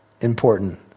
important